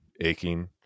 aching